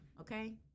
okay